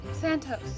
Santos